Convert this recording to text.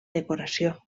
decoració